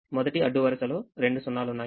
కాబట్టి మొదటిఅడ్డు వరుసలో రెండు 0 లు ఉన్నాయి